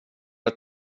ett